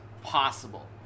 possible